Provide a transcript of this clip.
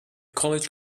college